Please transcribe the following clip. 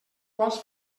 quals